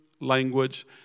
language